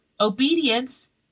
Obedience